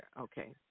okay